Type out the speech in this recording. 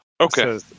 Okay